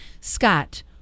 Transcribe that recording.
Scott